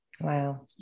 Wow